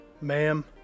Ma'am